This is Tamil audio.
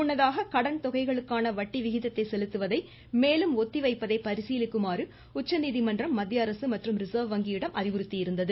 முன்னதாக கடன் தொகைகளுக்கான வட்டி விகிதத்தை செலுத்துவதை மேலும் ஒத்திவைப்பதை பரிசீலிக்குமாறு உச்சநீதிமன்றம் மத்தியஅரசு மற்றும் ரிஸர்வ் வங்கியிடம் அறிவுறுத்தியிருந்தது